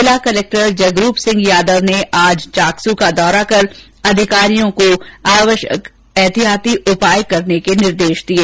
जिला कलेक्टर जगरूप सिंह यादव ने आज चाकसू का दौरा कर अधिकारियों को आवष्यक ऐतिहासिक उपाय करने के निर्देष दिये